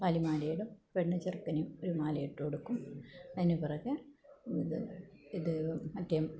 താലിമാലയിടും പെണ്ണ് ചെറുക്കന് ഒരു മാലയിട്ടു കൊടുക്കും അതിനു പിറകേ ഇത് ഇത് മറ്റേ